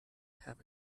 have